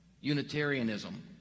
Unitarianism